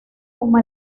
como